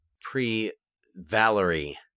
Pre-Valerie